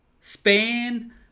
Spain